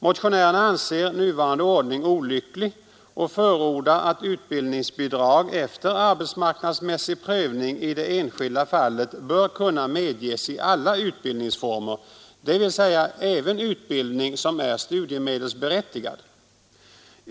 Motionärerna anser nuvarande ordning olycklig och förordar att utbildningsbidrag efter arbetsmarknadsmässig prövning i det enskilda fallet bör kunna medges i alla utbildningsformer, dvs. även utbildning som är studiemedelsberättigad.